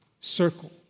circle